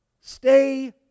stay